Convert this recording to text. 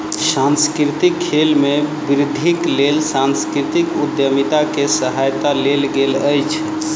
सांस्कृतिक खेल में वृद्धिक लेल सांस्कृतिक उद्यमिता के सहायता लेल गेल अछि